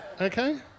Okay